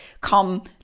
come